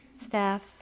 staff